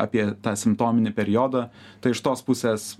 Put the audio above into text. apie tą simptominį periodą tai iš tos pusės